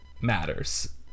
matters